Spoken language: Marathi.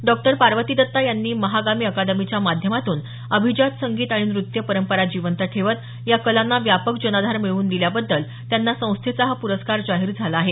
डॉ पार्वती दत्ता यांनी महागामी अकादमीच्या माध्यमातून अभिजात संगीत आणि नृत्य परंपरा जिवंत ठेवत या कलांना व्यापक जनाधार मिळवून दिल्याबद्दल त्यांना संस्थेचा हा पुरस्कार जाहीर झाला आहे